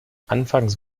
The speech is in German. anfangs